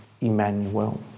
Emmanuel